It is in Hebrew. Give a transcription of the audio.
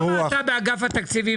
למה אתה באגף התקציבים